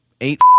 eight